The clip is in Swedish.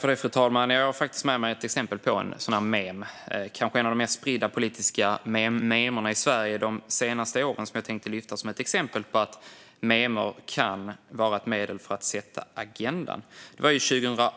Fru talman! Jag har faktiskt med mig ett exempel på ett mem, kanske ett av de mest spridda politiska memerna i Sverige de senaste åren, som jag tänkte lyfta fram som ett exempel på att memer kan vara ett medel för att sätta agendan. År 2018